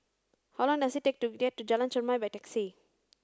how long does it take to get to Jalan Chermai by taxi